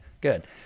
Good